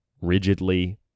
rigidly